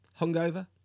Hungover